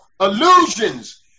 illusions